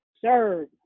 serve